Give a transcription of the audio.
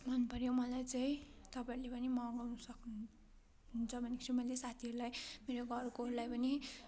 मन पर्यो मलाई चाहिँ तपाईँहरूले पनि मगाउनु सक्नु हुन्छ भनेको छु मैले साथीहरूलाई मेरो घरकोहरूलाई पनि